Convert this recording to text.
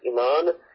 Iman